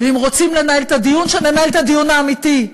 ואם רוצים לנהל את הדיון, שננהל את הדיון האמיתי,